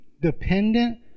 dependent